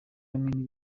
hamwe